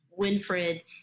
Winfred